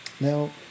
Now